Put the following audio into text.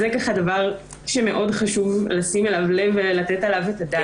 זה דבר שחשוב מאוד לשים אליו לב ולתת עליו את הדעת.